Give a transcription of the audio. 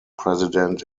president